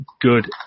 good